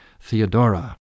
Theodora